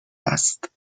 است